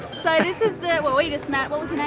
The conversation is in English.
so this is the, well we just met, what was and